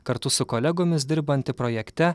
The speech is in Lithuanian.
kartu su kolegomis dirbanti projekte